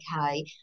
okay